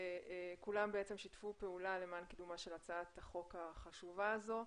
כולם שיתפו פעולה לקידום הצעת החוק החשובה הזו.